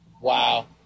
Wow